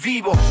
Vivo